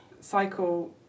cycle